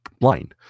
line